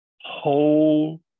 whole